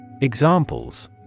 Examples